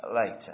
later